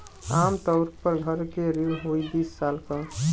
आम तउर पर घर के ऋण होइ बीस साल क